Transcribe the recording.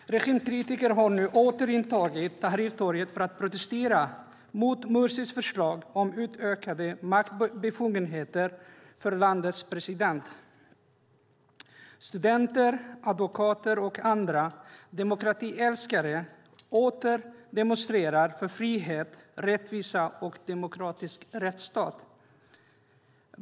Regimkritiker har nu åter intagit Tahrirtorget för att protestera mot Mursis förslag om utökade maktbefogenheter för landets president. Studenter, advokater och andra demokratiälskare demonstrerar åter för frihet, rättvisa och en demokratisk rättsstat.